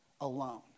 alone